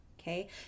Okay